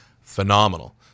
phenomenal